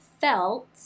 felt